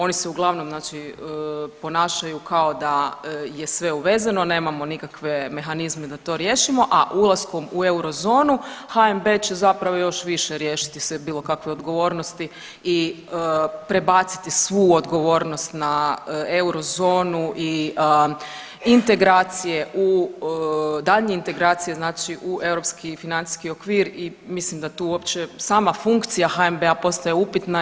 Oni se uglavnom ponašaju kao da je sve uvezeno, nemamo nikakve mehanizme da to riješimo, a ulaskom u eurozonu HNB će zapravo još više riješiti se bilo kakve odgovornosti i prebaciti svu odgovornost na eurozonu i integracije, daljnje integracije znači u europski i financijski okvir i mislim da tu uopće sama funkcija HNB-a postaje upitna.